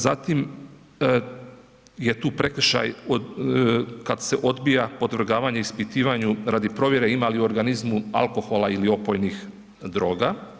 Zatim, je tu prekršaj od, kad se odbija podvrgavanju ispitivanju radi provjere ima li u organizmu alkohola ili opojnih droga.